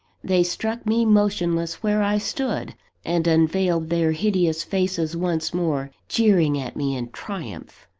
they struck me motionless where i stood and unveiled their hideous faces once more, jeering at me in triumph.